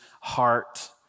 heart